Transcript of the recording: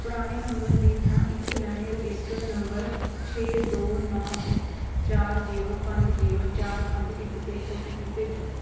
ਪੁਰਾਣੇ ਨੰਬਰ ਦੀ ਥਾਂ ਇੱਕ ਨਵੇਂ ਰਜਿਸਟਰਡ ਨੰਬਰ ਛੇ ਦੋ ਨੌ ਇੱਕ ਚਾਰ ਜੀਰੋ ਪੰਜ ਜੀਰੋ ਚਾਰ ਪੰਜ ਇੱਕ 'ਤੇ ਓ ਟੀ ਪੀ ਭੇਜੋ